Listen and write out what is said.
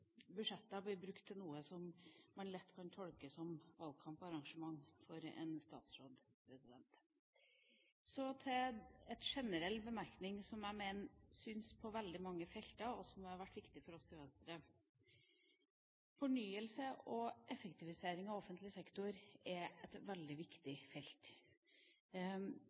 brukt til noe som man lett kan tolke som valgkamparrangement for en statsråd. Så en generell bemerkning til noe som har vært veldig viktig for oss i Venstre, nemlig fornyelse og effektivisering av offentlig sektor. Det er et viktig felt.